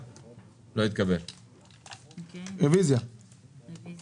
הצבעה לא